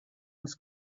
was